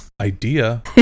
idea